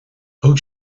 thug